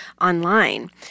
online